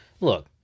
Look